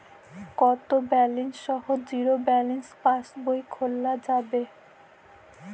কত ব্যালেন্স সহ zero balance পাসবই খোলা যাবে?